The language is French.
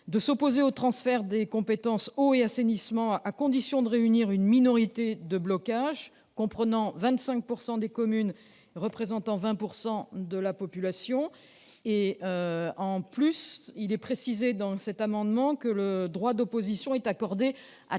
-de s'opposer au transfert des compétences « eau » et « assainissement », à condition de réunir une minorité de blocage, comprenant 25 % des communes représentant 20 % de la population. En outre, il est précisé que le droit d'opposition est accordé à